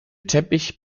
teppich